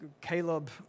Caleb